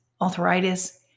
arthritis